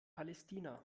palästina